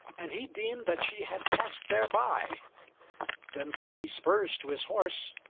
and he deemed that she had passed thereby then set he spurs to his horse,